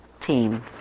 team